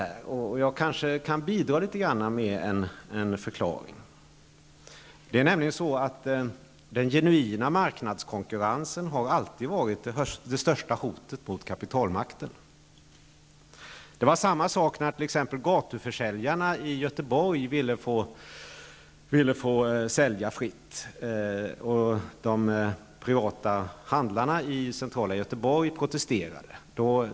Jag kan kanske bidra litet till en förklaring. Den genuina marknadskonkurrensen har alltid varit det största hotet mot kapitalmakten. Det var samma sak när gatuförsäljarna i Göteborg ville få sälja fritt och de privata handlarna i centrala Göteborg protesterade.